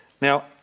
Now